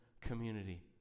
community